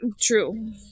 True